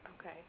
Okay